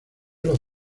los